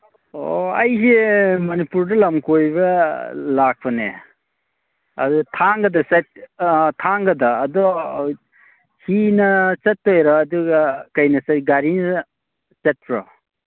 ꯑꯣ ꯑꯩꯁꯦ ꯃꯅꯤꯄꯨꯔꯗ ꯂꯝ ꯀꯣꯏꯕ ꯂꯥꯛꯄꯅꯦ ꯑꯗ ꯊꯥꯡꯒꯗ ꯑꯗꯣ ꯍꯤꯅ ꯆꯠꯇꯣꯏꯔꯥ ꯑꯗꯨꯒ ꯀꯩꯅ ꯒꯥꯔꯤꯅ ꯆꯠꯄ꯭ꯔꯣ